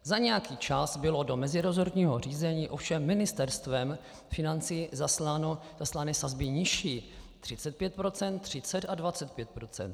Za nějaký čas byly do mezirezortního řízení ovšem Ministerstvem financí zaslány sazby nižší 35 %, 30 a 25 %.